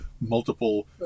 multiple